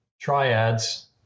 triads